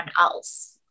else